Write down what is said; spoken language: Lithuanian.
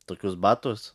tokius batus